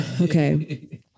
okay